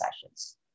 sessions